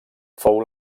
fou